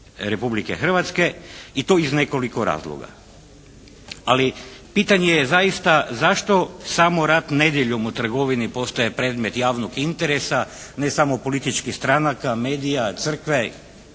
Hrvatske i to iz nekoliko razloga. Ali pitanje je zaista zašto samo rad nedjeljom u trgovini postaje predmet javnog interesa ne samo političkih stranaka, medija, crkve